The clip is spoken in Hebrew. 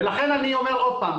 ולכן אני אומר עוד פעם,